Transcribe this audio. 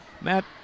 Matt